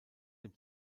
dem